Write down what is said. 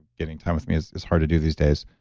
getting time with me is is hard to do these days.